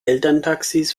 elterntaxis